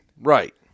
Right